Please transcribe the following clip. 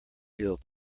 ill